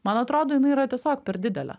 man atrodo jinai yra tiesiog per didelė